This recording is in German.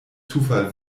zufall